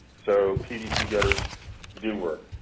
so pvc gutters do work.